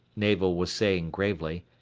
navel was saying gravely,